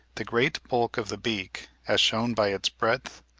the great bulk of the beak, as shewn by its breadth,